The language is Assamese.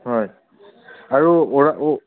হয় আৰু